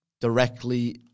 directly